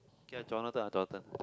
can ah Jonathan or Jordan